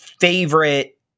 favorite